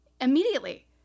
immediately